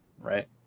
right